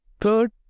Third